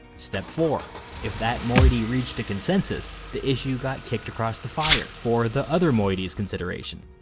step four if that moiety reached a consensus, the issue got kicked across the fire for the other moiety's consideration.